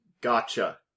Gotcha